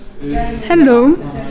hello